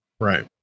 Right